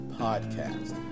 podcast